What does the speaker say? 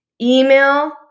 Email